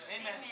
Amen